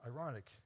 ironic